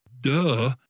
duh